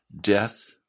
death